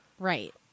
right